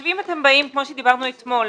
אם אתם באים, כמו שדיברנו אתמול,